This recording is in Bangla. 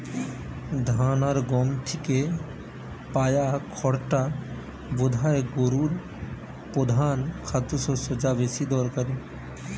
ধান আর গম থিকে পায়া খড়টা বোধায় গোরুর পোধান খাদ্যশস্য যা বেশি দরকারি